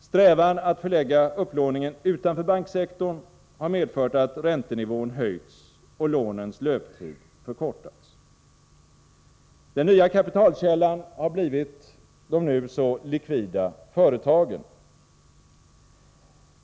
Strävan att förlägga upplåningen utanför banksektorn har medfört att räntenivån har höjts och lånens löptid förkortats. Den nya kapitalkällan har blivit de nu så likvida företagen.